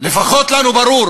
לפחות לנו ברור